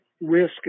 risk